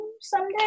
someday